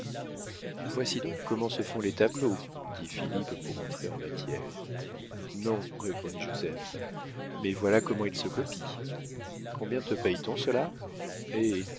voici donc comment se font les tableaux dit philippe pour entrer en matière non répondit joseph mais voilà comment ils se copient combien te paye t on cela hé